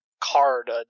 card